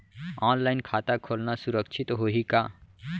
Online खाता खोलना सुरक्षित होही का?